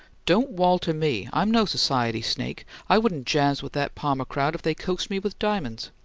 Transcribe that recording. don't walter me! i'm no s'ciety snake. i wouldn't jazz with that palmer crowd if they coaxed me with diamonds.